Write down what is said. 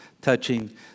touching